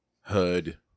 hood